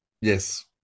Yes